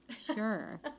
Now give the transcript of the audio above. Sure